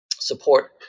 support